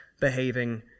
behaving